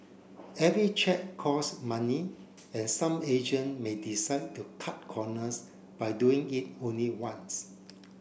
every check cost money and some agent may decide to cut corners by doing it only once